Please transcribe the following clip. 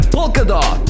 Polkadot